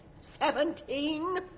Seventeen